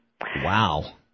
Wow